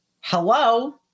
Hello